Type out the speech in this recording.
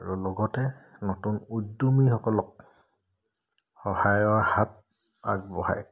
আৰু লগতে নতুন উদ্যমীসকলক সহায়ৰ হাত আগবঢ়ায়